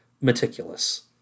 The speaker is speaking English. meticulous